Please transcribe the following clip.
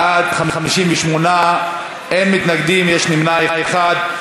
בעד, 58, אין מתנגדים ויש נמנע אחד.